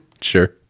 Sure